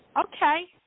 Okay